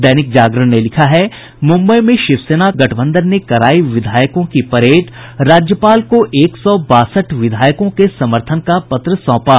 दैनिक जागरण ने लिखा है मुम्बई में शिवसेना गठबंधन ने करायी विधायकों की परेड राज्यपाल को एक सौ बासठ विधायकों के समर्थन का पत्र सौंपा